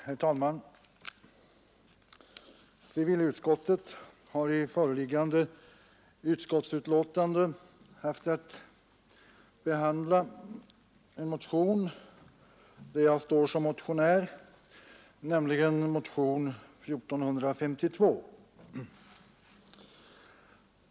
Herr talman! Civilutskottet har i föreliggande betänkande haft att behandla en motion där jag står som motionär, nämligen motionen 1452.